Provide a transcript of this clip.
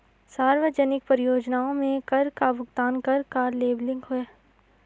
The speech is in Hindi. सार्वजनिक परियोजनाओं में कर का भुगतान कर का लेबलिंग है